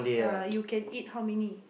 uh you can eat how many